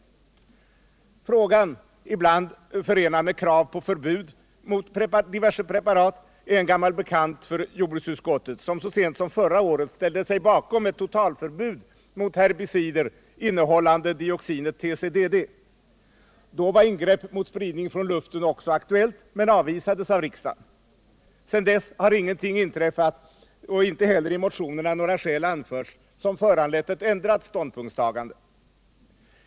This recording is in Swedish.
Frågan, ibland förenad med krav på förbud mot diverse preparat, är en gammal bekant för jordbruksutskottet, som så sent som förra året ställde sig bakom ett totalförbud mot herbicider innehållande dioxinet TCDD. Då var ingrepp mot spridning från luften också aktuella men avvisades av riksdagen. Sedan dess har ingenting inträffat, och inte heller i motionerna några skäl anförts som föranlett ett ändrat ståndpunktstagande.